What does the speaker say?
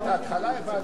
את ההתחלה הבנו.